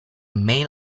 mail